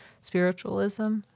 spiritualism